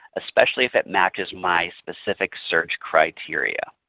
especially if it matches my specific search criteria.